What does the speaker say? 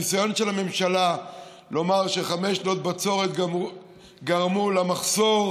הניסיון של הממשלה לומר שחמש שנות בצורת גרמו למחסור,